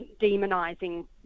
demonising